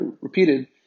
repeated